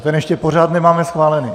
A ten ještě pořád nemáme schválený.